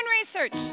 research